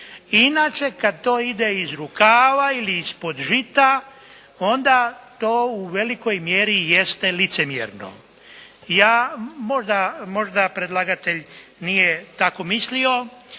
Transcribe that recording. Inače kad to ide iz rukava ili ispod žita onda to u velikoj mjeri jeste licemjerno. Ja, možda, možda predlagatelj nije tako mislio,